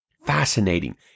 Fascinating